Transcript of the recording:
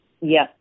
Yes